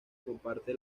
comparte